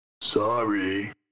Sorry